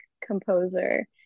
composer